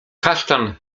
kasztan